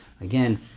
again